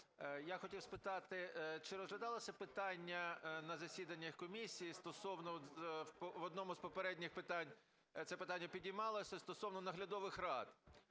я хотів спитати, чи розглядалося питання на засіданнях комісії стосовно, в одному з попередніх питань це питання піднімалося, стосовно наглядових рад,